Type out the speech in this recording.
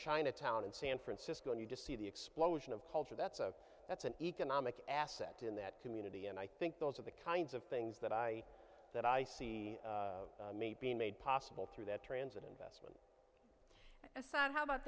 chinatown and san francisco and you just see the explosion of culture that's a that's an economic asset in that community and i think those are the kinds of things that i that i see me being made possible through that transit invest in fact how about